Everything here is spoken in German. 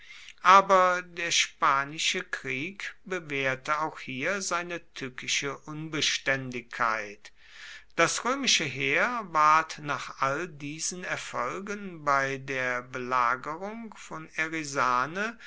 aber der spanische krieg bewährte auch hier seine tückische unbeständigkeit das römische heer ward nach all diesen erfolgen bei der belagerung von